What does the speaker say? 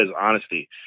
honesty